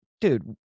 dude